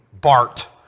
Bart